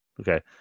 Okay